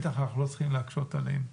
בטח אנחנו לא צריכים להקשות עליהם.